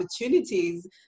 opportunities